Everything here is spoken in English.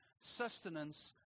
sustenance